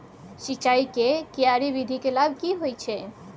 सिंचाई के क्यारी विधी के लाभ की होय छै?